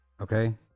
okay